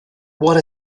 what